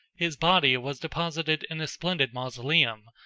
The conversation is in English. his body was deposited in a splendid mausoleum,